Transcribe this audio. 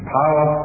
power